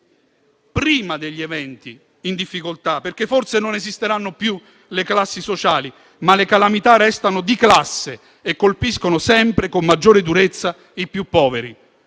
prima degli eventi, perché forse non esisteranno più le classi sociali, ma le calamità restano di classe e colpiscono sempre con maggior durezza i più poveri.